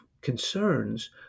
concerns